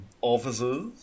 Officers